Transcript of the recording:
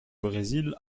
brésil